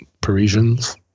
Parisians